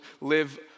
live